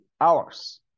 hours